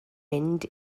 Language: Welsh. mynd